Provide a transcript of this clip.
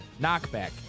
Knockback